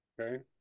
okay